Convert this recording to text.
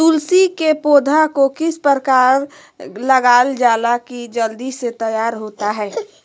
तुलसी के पौधा को किस प्रकार लगालजाला की जल्द से तैयार होता है?